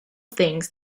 things